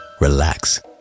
relax